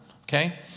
Okay